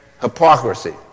hypocrisy